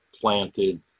planted